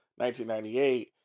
1998